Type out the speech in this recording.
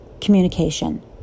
communication